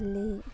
Delhi